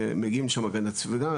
ומגיעים שם הגנת הסביבה,